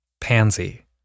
Pansy